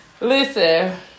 Listen